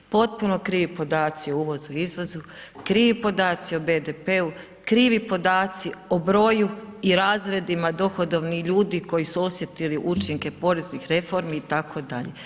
Potpuno krivi podaci o uvozu i izvozu, krivi podaci o BDP-u, krivi podaci o broju i razredima dohodovnih ljudi, koji su osjetili učinke poreznih reformi itd.